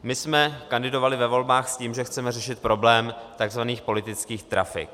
My jsme kandidovali ve volbách s tím, že chceme řešit problém tzv. politických trafik.